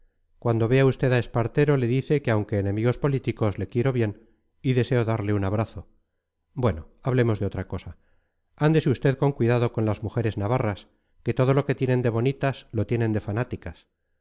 cuando vea usted a espartero le dice que aunque enemigos políticos le quiero bien y deseo darle un abrazo bueno hablemos de otra cosa ándese usted con cuidado con las mujeres navarras que todo lo que tienen de bonitas lo tienen de fanáticas